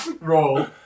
Roll